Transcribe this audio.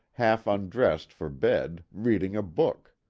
half undressed for bed, reading a book.